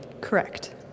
Correct